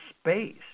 space